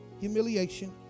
humiliation